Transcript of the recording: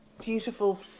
beautiful